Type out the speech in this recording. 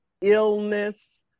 illness